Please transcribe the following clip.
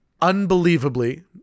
unbelievably